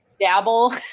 dabble